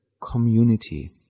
community